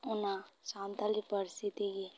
ᱚᱱᱟ ᱥᱟᱱᱛᱟᱞᱤ ᱯᱟᱹᱨᱥᱤ ᱛᱮᱜᱮ